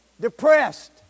depressed